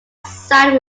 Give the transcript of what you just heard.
signed